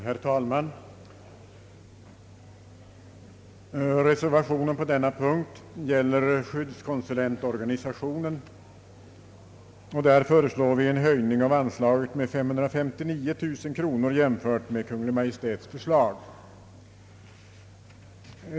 Herr talman! Reservationen vid denna punkt gäller skyddskonsulentorganisationen, och vi föreslår där en höjning av anslaget med 559 000 kronor jämfört med Kungl. Maj:ts förslag.